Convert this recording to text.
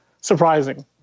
surprising